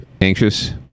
anxious